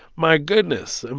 my goodness. and